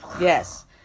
Yes